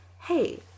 hey